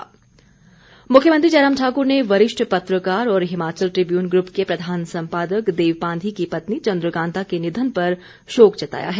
शोक मुख्यमंत्री जयराम ठाकुर ने वरिष्ठ पत्रकार और हिमाचल ट्रिब्यून ग्रुप के प्रधान संपादक देव पांधी की पत्नी चंद्रकांता के निधन पर शोक जताया है